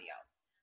else